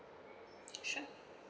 sure